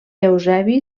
eusebi